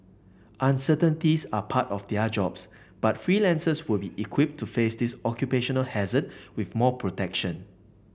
uncertainties are part of their jobs but freelancers will be equipped to face this occupational hazard with more protection